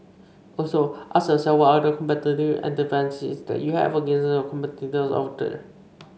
also ask yourself what are the competitive advantages that you have against your competitors over there